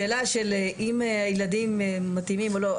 השאלה של אם הילדים מתאימים או לא,